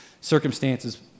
circumstances